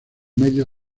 medio